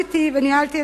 ייסדתי וניהלתי,